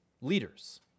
leaders